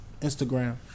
Instagram